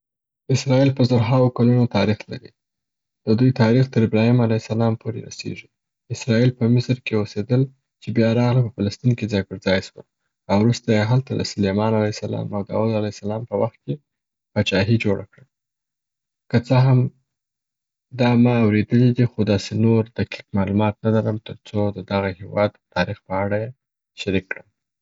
ایسرایل په زرهاوو کلونه تاریخ لري. د دوی تاریخ تر ابراهیم علی سلام پوري رسیږي. اسرایل په مصر کي اویسیدل چې بیا راغله په فلسیطین کي ځای پر ځای سوه او وروسته یې هلته د سلیمان علی سلام او داود علی سلام په وخت کي پاچاهي جوړه کړه. که څه هم دا ما اوریدلي دي خو داسي نور دقیق معلومات نه لرم تر څو د دغه هیواد د تاریخ په اړه یې شریک کړم.